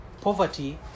Poverty